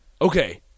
Okay